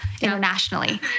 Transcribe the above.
internationally